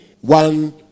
one